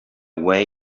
way